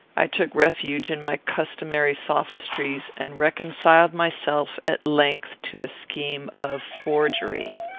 i took refuge in my customary sophistries, and reconciled myself at length to a scheme of forgery!